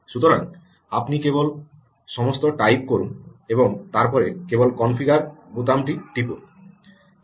সুতরাং আপনি কেবল সমস্ত টাইপ করুন এবং তারপরে কেবল কনফিগার বোতামটি টিপুন